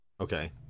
Okay